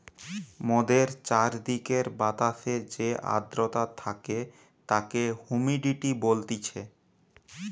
মোদের চারিদিকের বাতাসে যে আদ্রতা থাকে তাকে হুমিডিটি বলতিছে